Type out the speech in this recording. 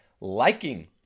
liking